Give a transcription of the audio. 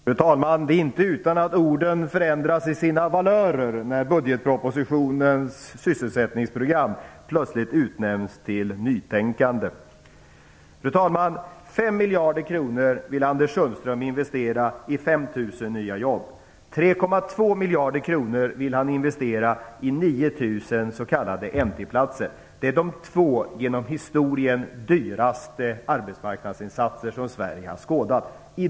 Fru talman! Det är inte utan att orden får ändrade valörer när budgetpropositionens sysselsättningsprogram plötsligt utnämns till nytänkande. Fru talman! Anders Sundström vill investera 5 miljarder kronor i 5 000 nya jobb. 3,2 miljarder kronor vill han investera i 9 000 s.k. N/T-platser. Det är de två dyraste arbetsmarknadsinsatser som Sverige har skådat genom historien.